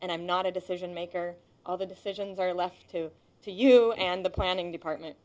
and i'm not a decision maker all the decisions are left to you and the planning department